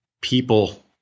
people